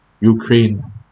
Ukraine